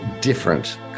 different